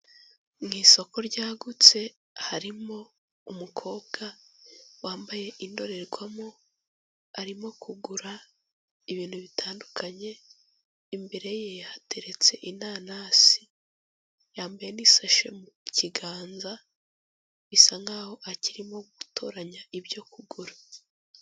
Mu isoko ryagutse harimo umukobwa wambaye indorerwamo, arimo kugura ibintu bitandukanye, imbere ye hateretse inanasi, yambaye n'isashi mu kiganza, bisa nk'aho akirimo gutoranya ibyo kugura.